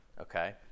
okay